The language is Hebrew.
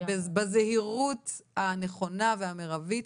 בזהירות הנכונה והמרבית,